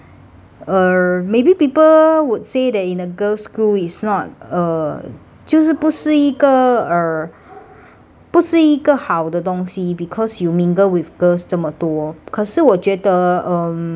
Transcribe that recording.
err maybe people would say that in a girls' school is not uh 就是不是一个 err 不是一个好的东西 because you mingle with girls 这么多可是我觉得 um